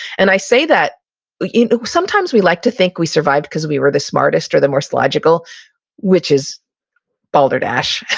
and i say that you know sometimes we like to think we survived, cause we were the smartest or the more so logical which is balderdash.